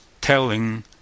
telling